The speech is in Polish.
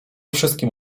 wszystkim